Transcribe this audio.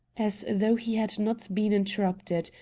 as though he had not been interrupted,